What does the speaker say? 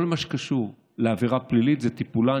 כל מה שקשור לעבירה פלילית זה בטיפולה.